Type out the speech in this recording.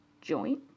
joint